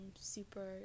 super